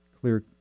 clear